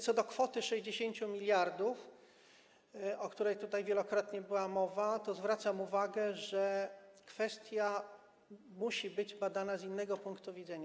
Co do kwoty 60 mld, o której tutaj wielokrotnie była mowa, to zwracam uwagę, że kwestia musi być badana z innego punktu widzenia.